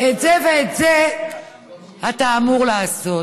את זה ואת זה אתה אמור לעשות.